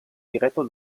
diretto